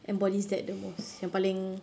embodies that the most yang paling